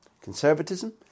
conservatism